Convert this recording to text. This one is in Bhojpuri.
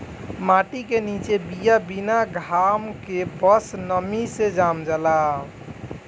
माटी के निचे बिया बिना घाम के बस नमी से जाम जाला